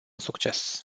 succes